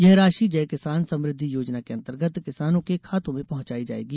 यह राषि जय किसान समृद्वि योजना के अंतर्गत किसानों के खातों में पहुंचाई जाएगी